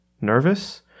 nervous